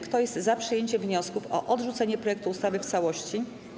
Kto jest za przyjęciem wniosku o odrzucenie projektu ustawy w całości?